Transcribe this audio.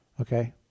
okay